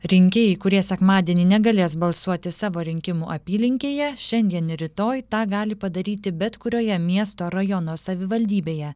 rinkėjai kurie sekmadienį negalės balsuoti savo rinkimų apylinkėje šiandien ir rytoj tą gali padaryti bet kurioje miesto rajono savivaldybėje